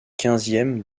quinzième